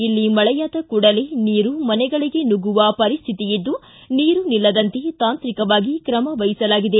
ಇಲ್ಲಿ ಮಳೆಯಾದ ಕೂಡಲೇ ನೀರು ಮನೆಗಳಿಗೆ ನುಗ್ಗುವ ಪರಿಶ್ಥಿತಿ ಇದ್ದು ನೀರು ನಿಲ್ಲದಂತೆ ತಾಂತ್ರಿಕವಾಗಿ ಕ್ರಮ ವಹಿಸಲಾಗಿದೆ